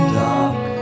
dark